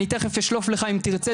אני תיכף אשלוף לך אם תרצה,